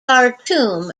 khartoum